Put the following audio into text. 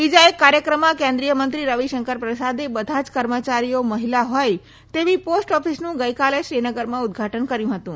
બીજા એક કાર્યક્રમમાં કેન્દ્રિય મંત્રી રવિશંકર પ્રસાદે બધા જ કર્મચારીઓ મહિલા હોય તેવી પોસ્ટ ઓફીસનું ગઇકાલે શ્રીનગરમાં ઉદઘાટન કર્યુ હતું